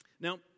Now